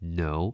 no